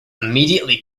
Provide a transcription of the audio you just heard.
immediately